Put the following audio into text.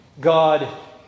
God